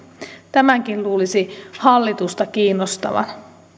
tämänkin luulisi hallitusta kiinnostavan